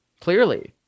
Clearly